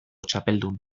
txapeldun